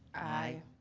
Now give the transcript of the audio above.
aye.